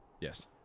Yes